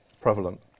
prevalent